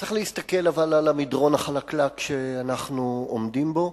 אבל צריך להסתכל על המדרון החלקלק שאנחנו עומדים בו,